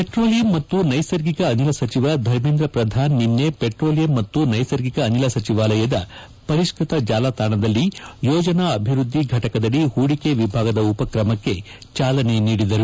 petroleum ಮತ್ತು ನೈಸರ್ಗಿಕ ಅನಿಲ ಸಚಿವ ಧರ್ಮೆಂದ್ರ ಪ್ರಧಾನ್ ನಿನ್ನೆ ಪೆಟ್ರೋಲಿಯಂ ಮತ್ತು ನ್ನೆಸರ್ಗಿಕ ಅನಿಲ ಸಚಿವಾಲಯದ ಪರಿಷ್ಲತ ಜಾಲತಾಣದಲ್ಲಿ ಯೋಜನಾ ಅಭಿವೃದ್ದಿ ಘಟಕದಡಿ ಹೂಡಿಕೆ ವಿಭಾಗದ ಉಪಕ್ರಮಕ್ಕೆ ಚಾಲನೆ ನೀಡಿದರು